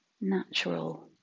natural